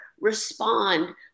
respond